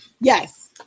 Yes